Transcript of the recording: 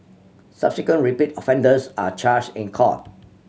subsequent repeat offenders are charged in court